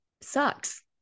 sucks